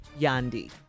Yandi